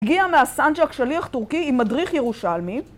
הגיעה מהסן-ג'וק שליח טורקי עם מדריך ירושלמי.